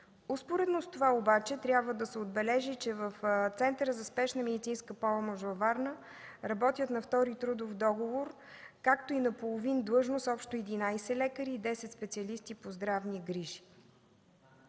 Успоредно с това обаче трябва да се отбележи, че в Центъра за спешна медицинска помощ във Варна работят на втори трудов договор, както и на половин длъжност, общо 11 лекари и 10 специалисти по здравни грижи.